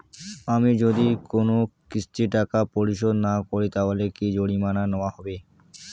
আমি যদি কোন কিস্তির টাকা পরিশোধ না করি তাহলে কি জরিমানা নেওয়া হবে?